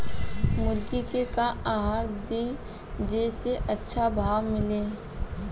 मुर्गा के का आहार दी जे से अच्छा भाव मिले?